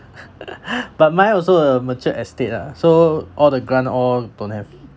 but mine also a mature estate ah so all the grant all don't have